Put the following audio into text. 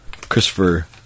Christopher